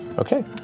Okay